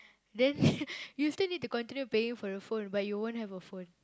then you still need to continue paying for the phone but you won't have a phone